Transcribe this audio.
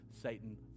Satan